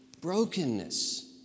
brokenness